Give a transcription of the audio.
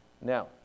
Now